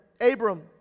Abram